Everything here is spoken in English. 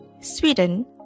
Sweden